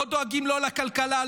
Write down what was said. לא דואגים לא לכלכלה,